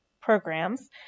programs